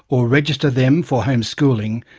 or register them for homeschooling,